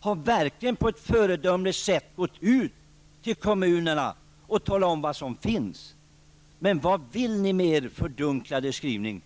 har man på ett föredömligt sätt gått ut till kommunerna och talat om vad som finns. Vad vill ni med er fördunklade skrivning?